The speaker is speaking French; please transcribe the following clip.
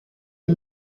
les